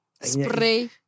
Spray